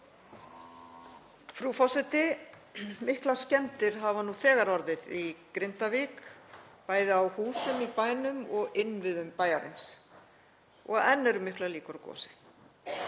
Frú forseti. Miklar skemmdir hafa nú þegar orðið í Grindavík, bæði á húsum í bænum og á innviðum bæjarins, og enn eru miklar líkur á gosi.